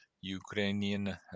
Ukrainian